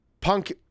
punk